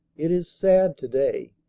it is sad to-day.